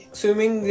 swimming